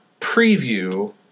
preview